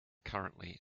currently